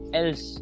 else